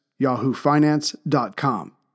YahooFinance.com